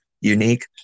unique